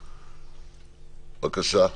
בבקשה.